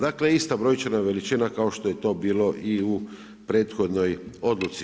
Dakle ista brojčana veličina kao što je to bilo i u prethodnoj odluci.